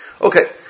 Okay